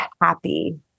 happy